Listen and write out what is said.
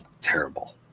terrible